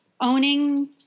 owning